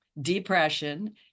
Depression